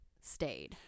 stayed